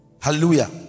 hallelujah